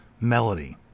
melody